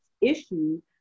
issues